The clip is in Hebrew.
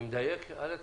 אני מדייק עד לכאן, אלכס?